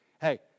Hey